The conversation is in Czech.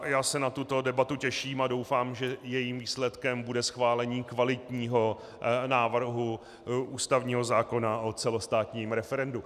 Já se na tuto debatu těším a doufám, že jejím výsledkem bude schválení kvalitního návrhu ústavního zákona o celostátním referendu.